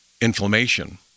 inflammation